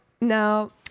no